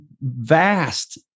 vast